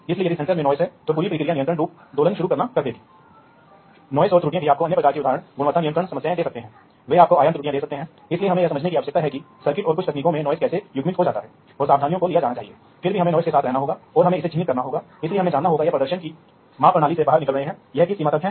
इसलिए यदि आप अधिक कुशल उत्पादन के लिए इन स्टेशनों के बीच गतिविधि का समन्वय करना चाहते हैं तो अब यह संभव है क्योंकि एक डिजिटल संचार नेटवर्क पर एक डिवाइस से दूसरे डिवाइस में बड़ी मात्रा में डेटा साझा करना आसान आसान और तेज़ है